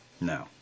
No